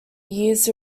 years